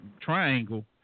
triangle